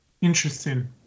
Interesting